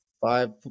five